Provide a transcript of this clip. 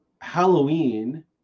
Halloween